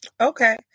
Okay